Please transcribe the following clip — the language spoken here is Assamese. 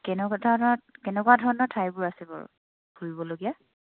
কেনকা ধৰণ কেনেকুৱা ধৰণৰ ঠাইবোৰ আছে বাৰু ফুৰিবলগীয়া